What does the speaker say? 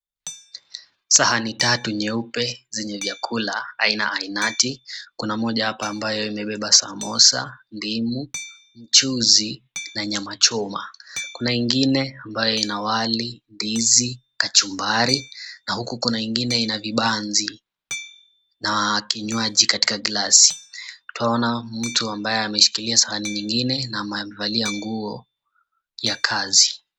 Sahani tatu nyeupe zenye vyakula aina ainati kuna moja hapa ambayo imebeba samosa, ndimu, mchuzi na nyama choma. Kuna ingine ambayo ina wali, ndizi, kachumbari na huku kuna ingine ina vibanzi na kinywaji katika glasi, twaona mtu ambaye ameshikilia sahani nyingine na amevalia nguo ya kazi.